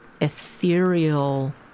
ethereal